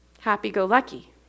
happy-go-lucky